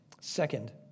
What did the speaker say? Second